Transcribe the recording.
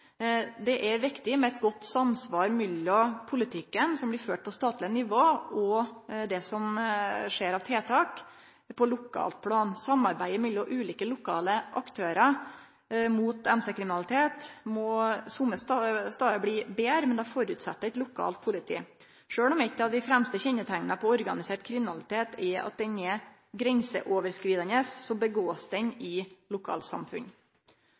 Det er viktig med eit godt samsvar mellom politikken som blir ført på statleg nivå, og det som skjer av tiltak på lokalt plan. Samarbeidet mellom ulike lokale aktørar mot MC-kriminalitet må somme stader bli betre, men det føreset eit lokalt politi. Sjølv om eit av dei fremste kjenneteikna på organisert kriminalitet er at han er grenseoverskridande, blir han utført i lokalsamfunn.